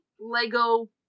Lego